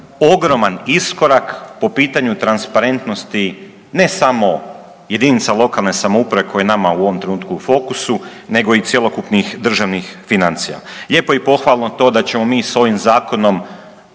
ogroman iskorak po pitanju transparentnosti ne samo jedinica lokalne samouprave koja je nama u ovom trenutku u fokusu nego i cjelokupnih državnih financija. Lijepo je i pohvalno to da ćemo mi s ovim zakonom